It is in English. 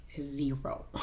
zero